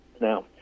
Now